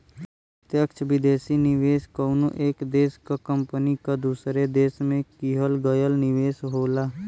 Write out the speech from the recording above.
प्रत्यक्ष विदेशी निवेश कउनो एक देश क कंपनी क दूसरे देश में किहल गयल निवेश होला